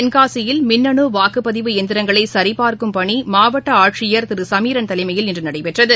தென்காசியில் மின்னணுவாக்குப்பதிவு யந்திரங்களைசரிபார்க்கும் பணிமாவட்டஆட்சியர் திருசமீரன் தலைமையில் இன்றுநடைபெற்றது